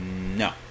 no